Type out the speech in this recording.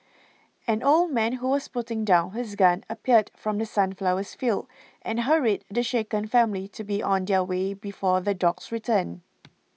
an old man who was putting down his gun appeared from The Sunflowers fields and hurried the shaken family to be on their way before the dogs return